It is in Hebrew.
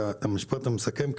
לסיכום.